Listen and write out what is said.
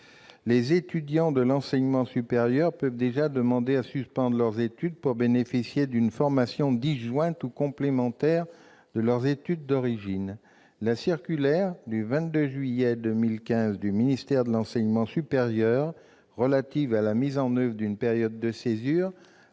Les étudiants de l'enseignement supérieur peuvent déjà demander à suspendre leurs études pour bénéficier d'une formation disjointe ou complémentaire de leurs études d'origine. La circulaire du 22 juillet 2015 du ministère de l'enseignement supérieur relative à la mise en oeuvre d'une période de césure